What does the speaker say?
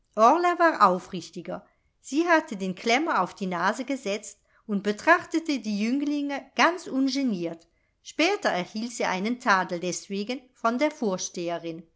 aufrichtiger sie hatte den klemmer auf die nase gesetzt und betrachtete die jünglinge ganz ungeniert später erhielt sie einen tadel deswegen von der vorsteherin